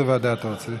באיזו ועדה אתה רוצה?